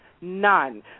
none